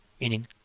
meaning